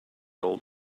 old